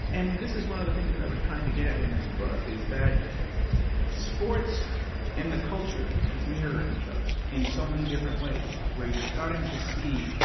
and this is one of the things that i was trying to get at in this book, is that sports and the culture, it's mirroring each other in so many different ways, where you're starting to see.